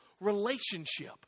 relationship